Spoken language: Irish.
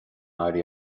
éirí